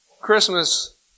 Christmas